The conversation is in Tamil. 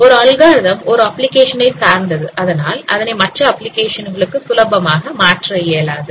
ஒரு அல்காரிதம் ஒரு அப்ளிகேஷனை சார்ந்தது அதனால் அதனை மற்ற அப்ளிகேஷன் களுக்கு சுலபமாக மாற்ற இயலாது